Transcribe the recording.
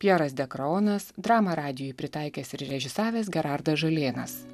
pjeras de kraonas dramą radijui pritaikęs ir režisavęs gerardas žalėnas